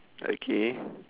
okay